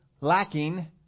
lacking